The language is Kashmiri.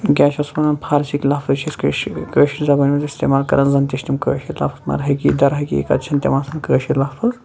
کیٛاہ چھِس وَنان فارسِیِکۍ لَفظ چھِ أسۍ کٲش کٲشرِ زَبٲنۍ مَنٛز اِستعمال کَران زَن تہٕ چھِ تِم کٲشِر لفظ مَگَر حقیقَت دَر حقیقَت چھِنہٕ تِم آسان کٲشِر لفظ